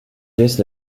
laisse